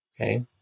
Okay